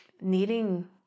needing